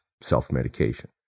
self-medication